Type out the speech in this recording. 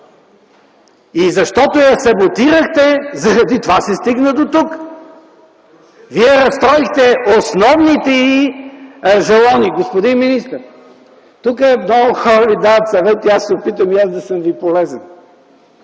Защото я саботирахте, заради това се стигна дотук. Вие разстроихте основните й жалони. Господин министър, тук много хора Ви дават съвети. Ще се опитам и аз да съм Ви полезен.